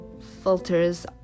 filters